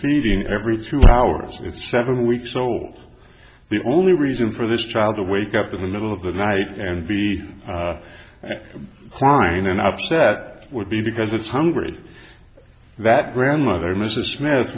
feeding every two hours with seven weeks old the only reason for this child to wake up in the middle of the night and be fine and upset would be because it's hungry that grandmother mrs smith